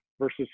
versus